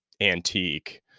antique